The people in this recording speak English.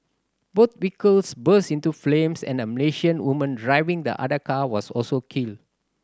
both vehicles burst into flames and a Malaysian woman driving the other car was also killed